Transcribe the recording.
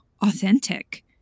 authentic